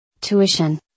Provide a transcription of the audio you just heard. Tuition